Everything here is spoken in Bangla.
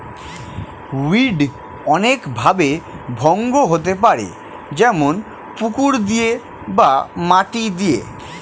উইড অনেক ভাবে ভঙ্গ হতে পারে যেমন পুকুর দিয়ে বা মাটি দিয়ে